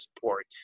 support